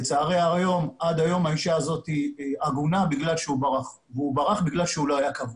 שאני לא יודע בכלל אם הוא חייב לעשות או לא.